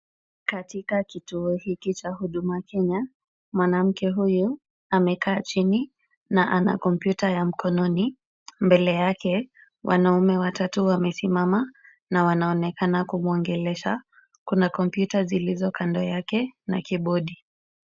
Katika kituo hiki cha huduma Kenya, mwanamke huyu amekaa chini na ana kompyuta ya mkononi. Mbele yake wanaume watatu wamesimama na wanaonekana kumuongelesha. Kuna kompyuta zilizo kando yake na kibodi.